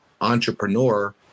entrepreneur